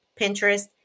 Pinterest